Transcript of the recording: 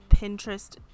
Pinterest